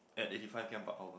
at eighty five K_M per hour